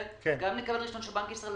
גם אם נקבל רישיון של בנק ישראל,